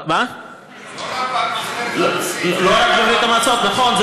לא רק בברית המועצות, לא רק בברית המועצות, נכון.